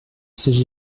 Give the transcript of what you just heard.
s’agit